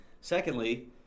Secondly